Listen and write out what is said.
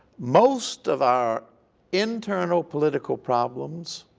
most of our internal political problems,